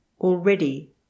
already